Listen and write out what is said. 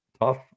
tough